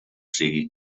sigui